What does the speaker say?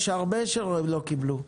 יש רבים שלא קיבלו.